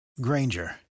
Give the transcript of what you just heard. Granger